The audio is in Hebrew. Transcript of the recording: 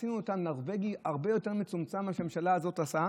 ועשינו את הנורבגי הרבה יותר מצומצם ממה שהממשלה הזאת עושה.